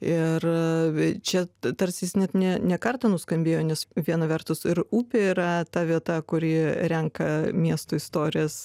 ir čia tarsi jis net ne ne kartą nuskambėjo nes viena vertus ir upė yra ta vieta kuri renka miesto istorijas